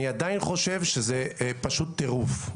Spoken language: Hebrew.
אני עדיין חושב שזה פשוט טירוף.